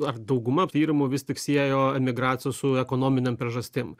ar dauguma tyrimų vis tik siejo emigraciją su ekonominėm priežastim